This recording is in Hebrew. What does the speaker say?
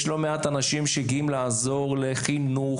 יש לא מעט אנשים שגאים לעזור לחינוך,